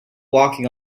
walking